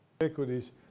Equities